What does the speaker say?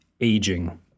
aging